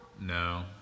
No